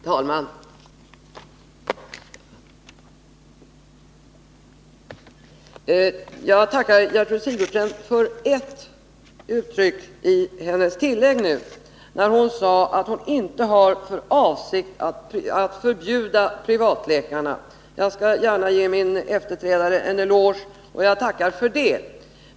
Herr talman! Jag tackar Gertrud Sigurdsen för ett uttryck i hennes tillägg, nämligen det där hon förklarade att hon inte har för avsikt att förbjuda privatläkarna. Jag tackar för det, och jag skall gärna ge min efterträdare en eloge.